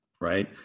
right